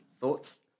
Thoughts